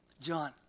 John